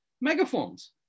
megaphones